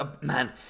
Man